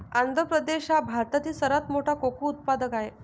आंध्र प्रदेश हा भारतातील सर्वात मोठा कोको उत्पादक आहे